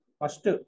first